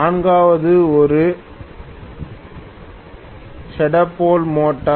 நான்காவது ஒரு shaded pole motor